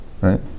Right